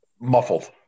Muffled